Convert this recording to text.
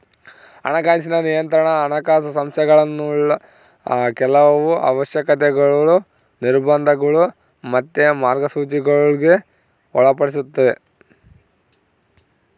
ಹಣಕಾಸಿನ ನಿಯಂತ್ರಣಾ ಹಣಕಾಸು ಸಂಸ್ಥೆಗುಳ್ನ ಕೆಲವು ಅವಶ್ಯಕತೆಗುಳು, ನಿರ್ಬಂಧಗುಳು ಮತ್ತೆ ಮಾರ್ಗಸೂಚಿಗುಳ್ಗೆ ಒಳಪಡಿಸ್ತತೆ